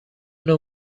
نوع